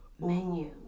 menu